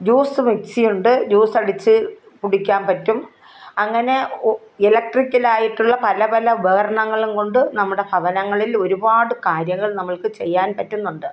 juice മിക്സിയുണ്ട് ജ്യൂസടിച്ച് കുടിക്കാൻ പറ്റും അങ്ങനെ ഇലക്ട്രിക്കലായിട്ടുള്ള പല പല ഉപകരണങ്ങളും കൊണ്ട് നമ്മുടെ ഭവനങ്ങളിൽ ഒരുപാട് കാര്യങ്ങൾ നമ്മൾക്ക് ചെയ്യാൻ പറ്റുന്നുണ്ട്